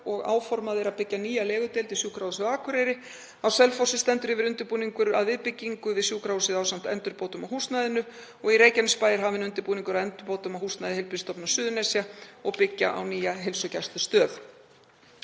og áformað er að byggja nýjar legudeildir við Sjúkrahúsið á Akureyri. Á Selfossi stendur yfir undirbúningur að viðbyggingu við sjúkrahúsið ásamt endurbótum á húsnæðinu og í Reykjanesbæ er hafinn undirbúningur að endurbótum á húsnæði Heilbrigðisstofnunar Suðurnesja og byggja á nýja heilsugæslustöð.